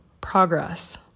progress